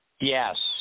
Yes